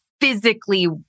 physically